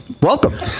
Welcome